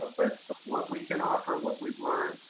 ah but but what we can offer, what we've learned,